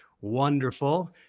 wonderful